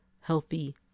healthy